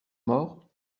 mort